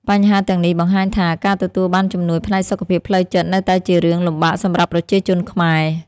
បញ្ហាទាំងនេះបង្ហាញថា ការទទួលបានជំនួយផ្នែកសុខភាពផ្លូវចិត្តនៅតែជារឿងលំបាកសម្រាប់ប្រជាជនខ្មែរ។